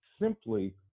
simply